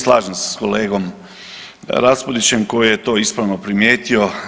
Slažem se s kolegom Raspudićem koji je to ispravno primijetio.